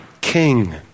king